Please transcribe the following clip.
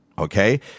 Okay